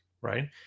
right